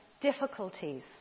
difficulties